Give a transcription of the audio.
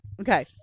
Okay